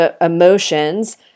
emotions